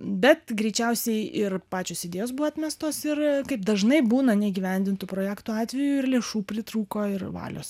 bet greičiausiai ir pačios idėjos buvo atmestos ir kaip dažnai būna neįgyvendintų projektų atveju ir lėšų pritrūko ir valios